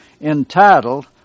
Entitled